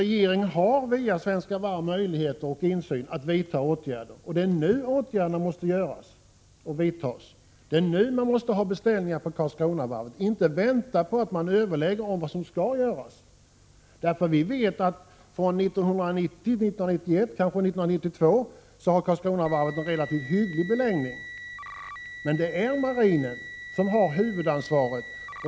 Regeringen har via Svenska Varv insyn och möjligheter att vidta åtgärder. Det är nu åtgärder måste vidtas, det är nu man måste ha beställningar på Karlskronavarvet. Det går inte att vänta på att man överlägger om vad som skall göras. Vi vet att från 1990, 1991 eller kanske 1992 har Karlskronavarvet en relativt hygglig beläggning. Det är marinen som har huvudansvaret.